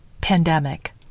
Pandemic